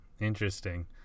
Interesting